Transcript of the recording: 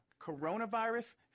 Coronavirus